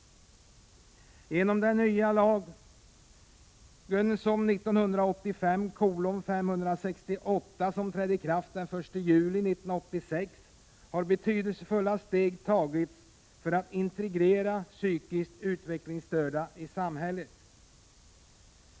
Genom den nya lagen 1985:568, som trädde i kraft den 1 juli 1986, har betydelsefulla steg tagits för att integrera psykiskt utvecklingsstörda i samhället.